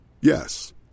Yes